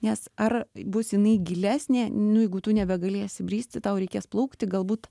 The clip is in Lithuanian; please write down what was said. nes ar bus jinai gilesnė nu jeigu tu nebegalėsi bristi tau reikės plaukti galbūt